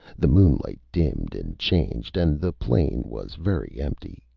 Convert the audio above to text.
the moonlight dimmed and changed, and the plain was very empty,